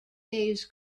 days